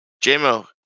Jmo